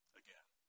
again